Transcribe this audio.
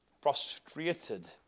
frustrated